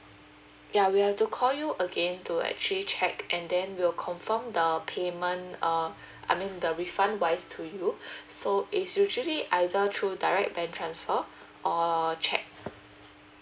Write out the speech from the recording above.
ya we have to call you again to actually check and then we'll confirm the payment um I mean the refund wise to you so it's usually either through direct bank transfer or cheque